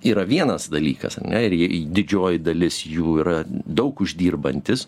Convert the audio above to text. yra vienas dalykas ar ne ir didžioji dalis jų yra daug uždirbantys